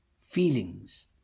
feelings